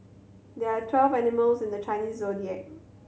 there are twelve animals in the Chinese Zodiac